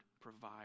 provide